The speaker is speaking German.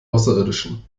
außerirdischen